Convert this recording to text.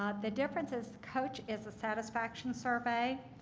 ah the difference is coach is a satisfaction survey.